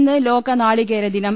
ഇന്ന് ലോക നാളികേര ദിനം